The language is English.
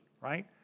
right